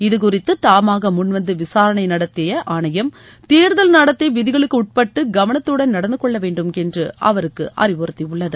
இது குறித்து தாமாக முன்வந்து விசாரணை நடத்திய ஆணையம் தேர்தல் நடத்தை நெறிமுறைகளுக்குட்பட்டு கவனத்துடன் நடந்துகொள்ளவேண்டும் என்று அவருக்கு அறிவுறுத்தியுள்ளது